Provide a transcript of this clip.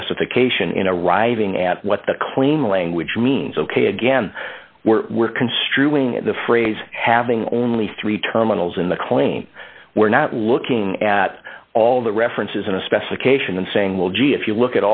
specification in arriving at what the clean language means ok again we're we're construing the phrase having only three terminals in the claim we're not looking at all the references in a specification and saying well gee if you look